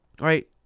right